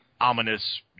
ominous